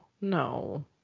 no